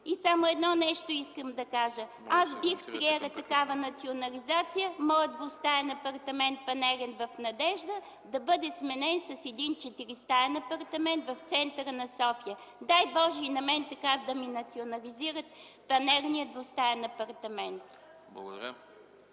И само едно нещо искам да кажа: аз бих приела такава национализация – моят двустаен панелен апартамент в „Надежда” да бъде сменен с един четиристаен апартамент в центъра на София. Дай Боже и на мен така да ми национализират панелния двустаен апартамент.